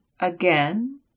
again